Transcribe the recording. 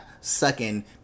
sucking